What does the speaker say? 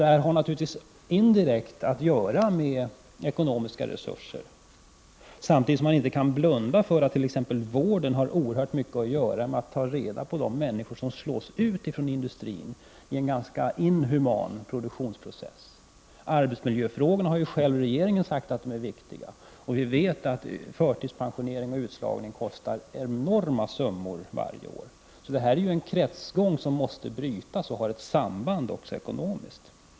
Detta har naturligtvis indirekt att göra med ekonomiska resurser, samtidigt som man inte kan blunda för att t.ex. vården har oerhört mycket att göra med att ta reda på de människor som slås ut från industrin, i en ganska inhuman produktionsprocess. Arbetsmiljöfrågorna har ju också regeringen själv sagt är viktiga, och vi vet att förtidspensionering och utslagning kostar enorma summor varje år. Detta är en kretsgång som måste brytas, och det finns också ett ekonomiskt samband.